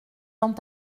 dans